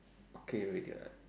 okay already [what]